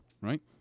right